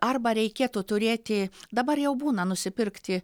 arba reikėtų turėti dabar jau būna nusipirkti